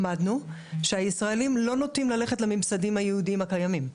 למדנו שהישראלים לא נוטים ללכת לממסדים היהודיים הקיימים.